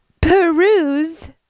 Peruse